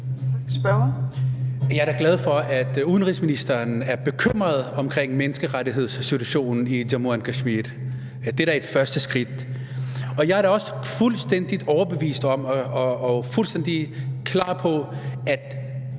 Jeg er da glad for, at udenrigsministeren er bekymret over menneskerettighedssituationen i Jammu og Kashmir. Det er da et første skridt. Jeg er da også fuldstændig overbevist om og fuldstændig klar på, at